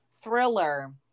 thriller